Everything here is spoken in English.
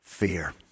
fear